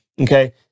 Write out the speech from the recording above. okay